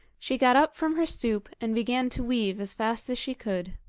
she got up from her stoop, and began to weave as fast as she could.